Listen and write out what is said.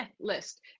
list